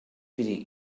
dvd